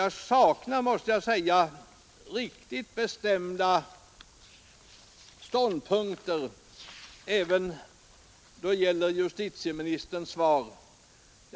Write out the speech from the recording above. Jag saknar också bestämda ståndpunkter i justitieministerns svar.